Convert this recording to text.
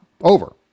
over